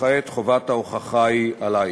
וכעת חובת ההוכחה היא עלייך.